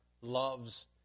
loves